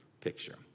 picture